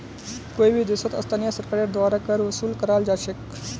कोई भी देशत स्थानीय सरकारेर द्वारा कर वसूल कराल जा छेक